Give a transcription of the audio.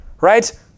right